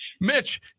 Mitch